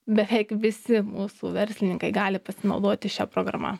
beveik visi mūsų verslininkai gali pasinaudoti šia programa